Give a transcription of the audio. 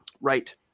Right